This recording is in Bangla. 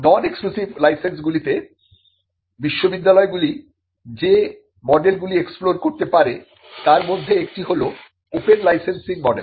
নন এক্সক্লুসিভ লাইসেন্সগুলিতে বিশ্ববিদ্যালয়গুলি যে মডেলগুলি এক্সপ্লোর করতে পারে তার মধ্যে একটি হল ওপেন লাইসেন্সিং মডেল